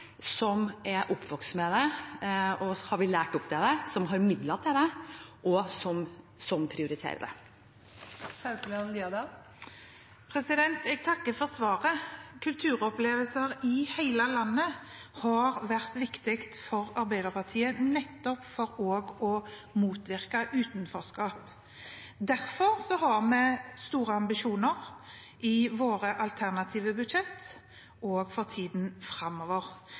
som er oppvokst med det, som har blitt lært opp til det, som har midler til det, og som prioriterer det. Jeg takker for svaret. Kulturopplevelser i hele landet har vært viktig for Arbeiderpartiet, nettopp for også å motvirke utenforskap. Derfor har vi store ambisjoner i våre alternative budsjetter og for tiden framover.